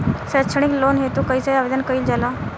सैक्षणिक लोन हेतु कइसे आवेदन कइल जाला?